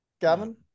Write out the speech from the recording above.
Gavin